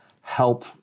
help